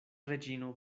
reĝino